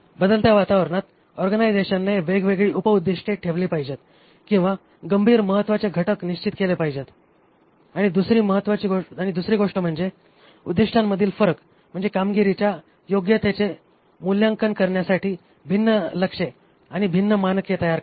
बदलत्या वातावरणात ऑर्गनायझेशनने वेगवेगळी उप उद्दिष्टे ठेवली पाहिजेत किंवा गंभीर महत्वाचे घटक निश्चित केले पाहिजेत आणि दुसरी गोष्ट म्हणजे उद्दिष्टांमधील फरक म्हणजे कामगिरीच्या योग्यतेचे मूल्यांकन करण्यासाठी भिन्न लक्ष्ये आणि भिन्न मानके तयार करणे